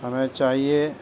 ہمیں چاہیے